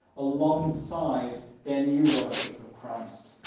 alongside their new worship of christ.